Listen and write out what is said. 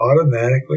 automatically